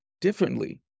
differently